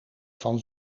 van